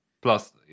plus